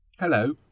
Hello